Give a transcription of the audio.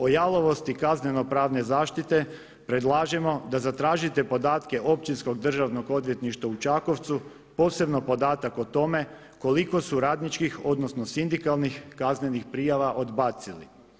O jalovosti kaznenopravne zaštite predlažemo da zatražite podatke Općinskog državnog odvjetništva u Čakovcu, posebno podatak o tome koliko su radničkih odnosno sindikalnih kaznenih prijava odbacili.